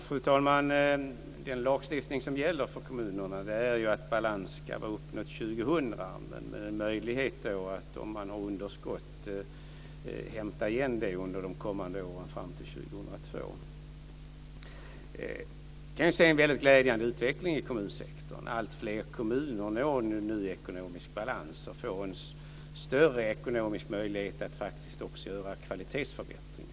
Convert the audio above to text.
Fru talman! Den lagstiftning som gäller för kommunerna handlar ju om att balans ska vara uppnådd 2000. Och så finns det en möjlighet att om man har underskott hämta igen det under de kommande åren fram till 2002. Jag kan se en väldigt glädjande utveckling i kommunsektorn. Alltfler kommuner når nu ekonomisk balans och får en större ekonomisk möjlighet att faktiskt också göra kvalitetsförbättringar.